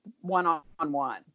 one-on-one